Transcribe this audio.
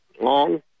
Long